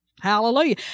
Hallelujah